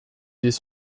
dès